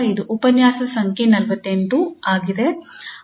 ಇದು ಉಪನ್ಯಾಸ ಸಂಖ್ಯೆ 48 ಆಗಿದೆ